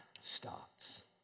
starts